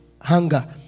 hunger